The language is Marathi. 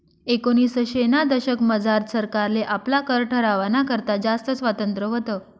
एकोनिसशेना दशकमझार सरकारले आपला कर ठरावाना करता जास्त स्वातंत्र्य व्हतं